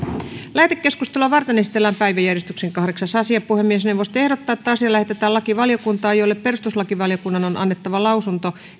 lähetekeskustelua varten esitellään päiväjärjestyksen kahdeksas asia puhemiesneuvosto ehdottaa että asia lähetetään lakivaliokuntaan jolle perustuslakivaliokunnan on annettava lausunto